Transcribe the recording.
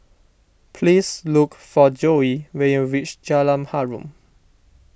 please look for Joye when you reach Jalan Harum